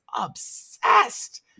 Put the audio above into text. obsessed